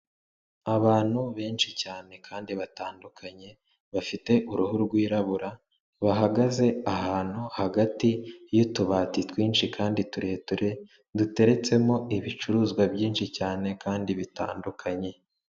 Abantu benshi cyane kandi batandukanye bafite uruhu rwirabura, bahagaze ahantu hagati y'utubati twinshi kandi turetrure duteretsemo ibicuruzwa byinshi cyane kandi bitandukanye.